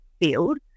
field